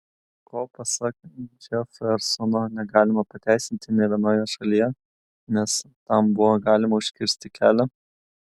ko pasak džefersono negalima pateisinti nė vienoje šalyje nes tam buvo galima užkirsti kelią